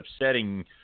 upsetting